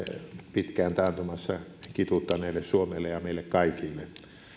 pitkään taantumassa kituuttaneelle suomelle ja meille kaikille